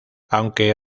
aunque